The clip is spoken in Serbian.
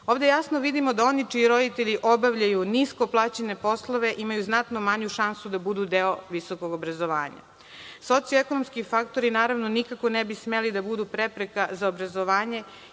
Ovde jasno vidimo da oni čiji roditelji obavljaju nisko plaćene poslove imaju znatno manju šansu da budu deo visokog obrazovanja. Socioekonomski faktori nikako ne bi smeli da budu prepreka za obrazovanje